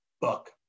book